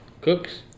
Cooks